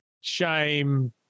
shame